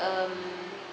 um